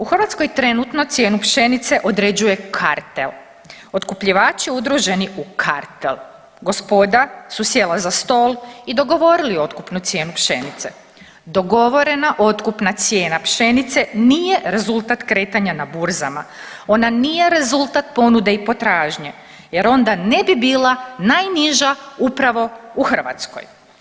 U Hrvatskoj trenutno cijenu pšenice određuje kartel, otkupljivači udruženi u kartel, gospoda su sjela za stol i dogovorili otkupnu cijenu pšenice, dogovorena otkupna cijena pšenice nije rezultat kretanja na burzama, ona nije rezultat ponude i potražnje jer onda ne bi bila najniža upravo u Hrvatskoj.